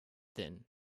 then